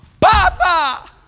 Papa